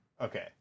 Okay